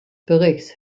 berichts